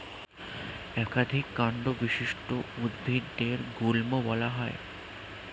একাধিক কান্ড বিশিষ্ট উদ্ভিদদের গুল্ম বলা হয়